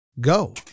Go